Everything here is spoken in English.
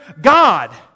God